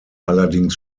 allerdings